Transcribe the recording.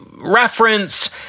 reference